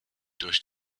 durch